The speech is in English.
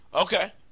Okay